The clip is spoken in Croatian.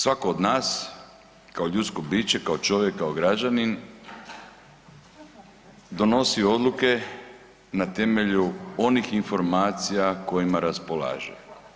Svako od nas kao ljudsko biće, kao čovjek, kao građanin donosi odluke na temelju onih informacija kojima raspolaže.